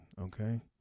Okay